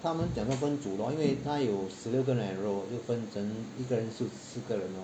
他们讲要分组 lor 因为他有十六个人 enrol 就分成一个人四个人 lor